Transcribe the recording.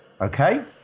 okay